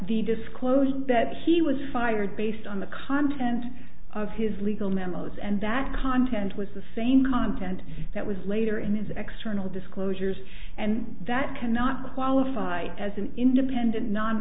the disclosure that he was fired based on the content of his legal memos and that content was the same content that was later in his extra no disclosures and that cannot qualify as an independent no